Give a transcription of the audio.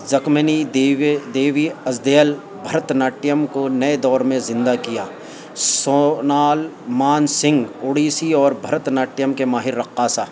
زکمنی دییہ دیوی ازدیل بھرتناٹیم کو نئے دور میں زندہ کیا سونال مان سنگھ اڑیسی اور بھرتناٹٹیھیم کے ماہر رقاصہ